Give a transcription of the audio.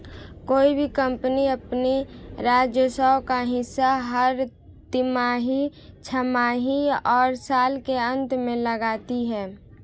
कोई भी कम्पनी अपने राजस्व का हिसाब हर तिमाही, छमाही और साल के अंत में लगाती है